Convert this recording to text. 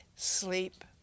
sleep